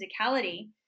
physicality